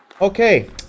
Okay